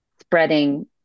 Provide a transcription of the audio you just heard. spreading